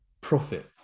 profit